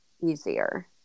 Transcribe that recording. easier